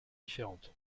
différentes